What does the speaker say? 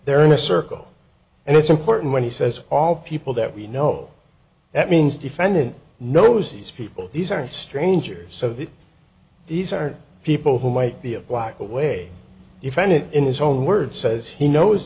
they're in a circle and it's important when he says all people that we know that means defendant knows these people these aren't strangers so that these are people who might be a block away you found it in his own words says he knows